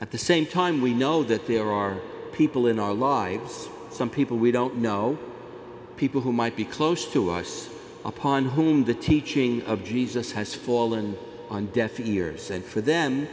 at the same time we know that there are people in our lives some people we don't know people who might be close to us upon whom the teaching of jesus has fallen on deaf ears and for the